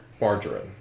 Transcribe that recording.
margarine